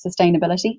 sustainability